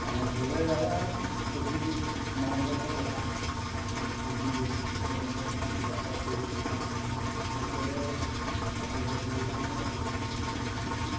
অঁ গ'লে যাবা আৰু সেইখিনি তোমালোকৰ ওপৰত কথা যদি বোলে মোৰ কিবা এটা কৰি খাওঁ আজিকালি আৰু চাকৰি তাকৰি কাৰণে বহুত হেৰি হৈছে নহয়